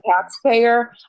taxpayer